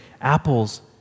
apples